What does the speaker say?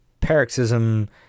Paroxysm